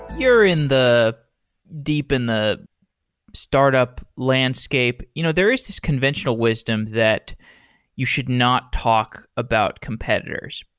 you're in the deep in the startup landscape. you know there is this conventional wisdom that you should not talk about competitors.